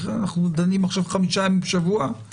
אנחנו דנים עכשיו חמישה ימים בשבוע.